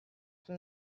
from